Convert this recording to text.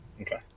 Okay